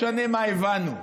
משנה מה הבנו,